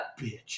Bitch